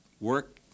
work